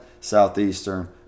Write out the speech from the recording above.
Southeastern